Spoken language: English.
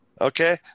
Okay